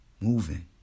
moving